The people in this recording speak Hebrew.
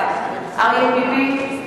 בעד אריה ביבי,